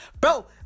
Bro